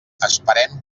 esperem